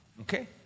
Okay